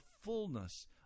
fullness